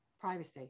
Privacy